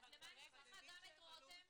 אז למה אני צריכה גם את 'רותם'?